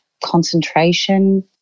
concentration